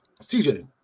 CJ